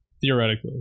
Theoretically